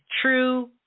true